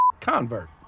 convert